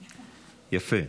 יפה.